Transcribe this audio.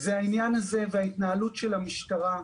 זה העניין הזה וההתנהלות של המשטרה,